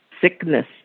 sickness